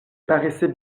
paraissait